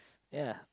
ya